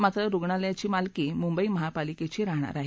मात्र रुग्णालयाची मालकी मुंबई महापालिकेची राहणार आहे